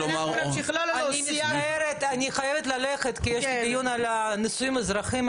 אני חייבת ללכת כי יש לי דיון על נישואים אזרחיים,